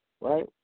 Right